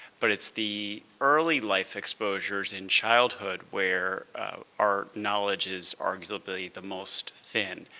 but it's the early life exposures in childhood where our knowledge is arguably the most thin.